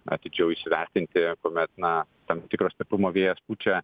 atidžiau įsivertinti kuomet na tam tikro stiprumo vėjas pučia